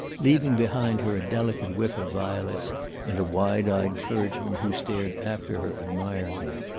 leaving behind her a delicate whiff of violets and a wide-eyed clergyman, who stared after her admiringly.